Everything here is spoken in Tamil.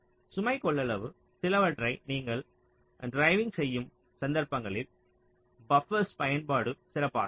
சுமை கொள்ளளவு சிலவற்றை நீங்கள் ட்ரிவிங் செய்யும் சந்தர்ப்பங்களில் பப்பர்ஸ் பயன்பாடு சிறப்பாக இருக்கும்